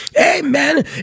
amen